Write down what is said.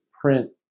print